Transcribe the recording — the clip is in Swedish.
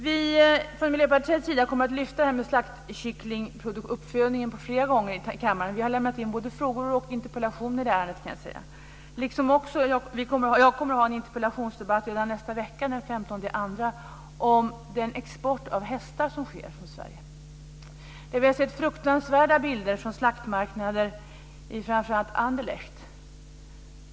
Vi kommer från Miljöpartiets sida att lyfta slaktkycklingsuppfödningen flera gånger i kammaren. Vi har lämnat in både frågor och interpellationer i ärendet. Jag kommer också att ha en interpellationsdebatt redan nästa vecka den 15 februari om den export av hästar som sker från Sverige. Vi har sett fruktansvärda bilder från slaktmarknader i framför allt Anderlecht.